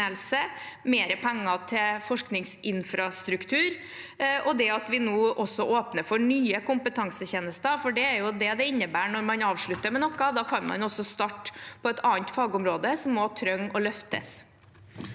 mer penger til forskningsinfrastruktur. Det at vi nå åpner for nye kompetansetjenester – for det er det det innebærer når man avslutter noe – gjør at man kan starte på et annet fagområde som også trengs å løftes.